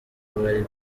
bari